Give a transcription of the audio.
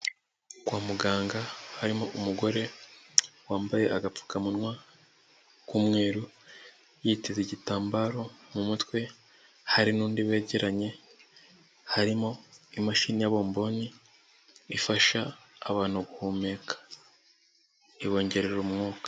Kwa muganga harimo umugore wambaye agapfukamunwa k'umweru, yiteze igitambaro mu mutwe, hari n'undi begeranye, harimo imashini ya bomboni ifasha abantu guhumeka ibongerera umwuka.